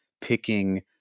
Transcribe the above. picking